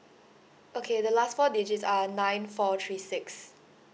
okay the last four digits are nine four three six